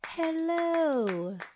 hello